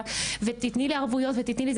ותתני לי ערבויות ותתני לי.